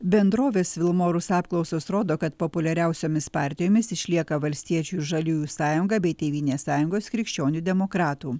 bendrovės vilmorus apklausos rodo kad populiariausiomis partijomis išlieka valstiečių ir žaliųjų sąjunga bei tėvynės sąjungos krikščionių demokratų